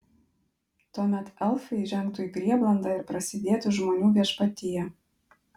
tuomet elfai žengtų į prieblandą ir prasidėtų žmonių viešpatija